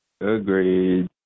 Agreed